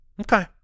Okay